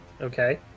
Okay